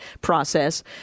process